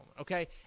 okay